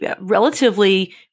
relatively